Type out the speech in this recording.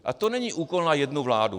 A to není úkol na jednu vládu.